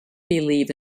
believe